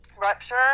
rupture